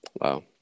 Wow